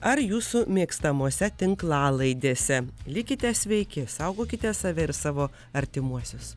ar jūsų mėgstamose tinklalaidėse likite sveiki saugokite save ir savo artimuosius